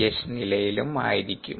H നിലയിലും ആയിരിക്കും